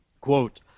quote